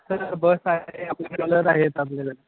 sir bus आहे आपले traveller आहेत आपल्याकडे